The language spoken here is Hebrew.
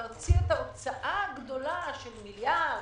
להוציא את ההוצאה הגדולה של מיליארד,